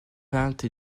peinte